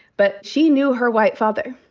but she knew her white father.